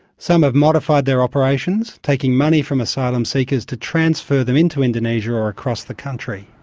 some have modified their operations, taking money from asylum seekers to transfer them into indonesia or across the country.